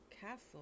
Castle